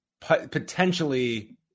potentially